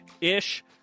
ish